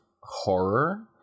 horror